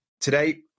today